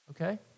Okay